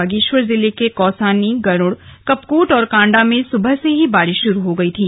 बागेश्वर जिले के कौसानी गरुड़ कपकोट कांडा में सुबह से ही बारिश शुरू हो गई थी